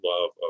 love